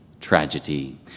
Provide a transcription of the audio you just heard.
tragedy